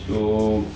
so